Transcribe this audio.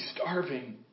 starving